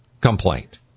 complaint